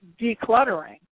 decluttering